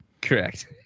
Correct